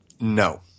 No